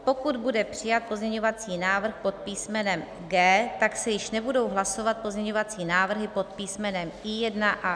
Pokud bude přijat pozměňovací návrh pod písmenem G, tak se již nebudou hlasovat pozměňovací návrhy pod písmenem I1 a I2, J, K a N.